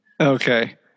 Okay